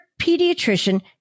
pediatrician